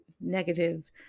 negative